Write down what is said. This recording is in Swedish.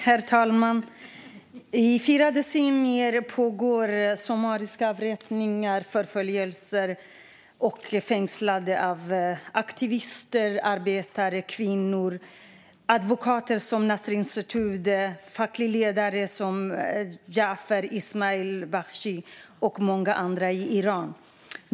Herr talman! I fyra decennier har det pågått förföljelse, fängslande och avrättningar efter summariska rättegångar av aktivister, arbetare, kvinnor, advokater som Nasrin Sotoudeh, fackliga ledare som Jafar Azimzadeh och många andra i Iran.